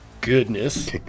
Goodness